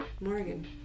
Morgan